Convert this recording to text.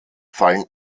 fallen